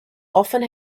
often